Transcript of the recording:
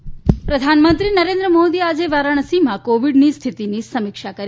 મોદી વારાણસી પ્રધાનમંત્રી નરેન્દ્ર મોદીએ આજે વારાણસીમાં કોવિડની સ્થિતીની સમીક્ષા કરી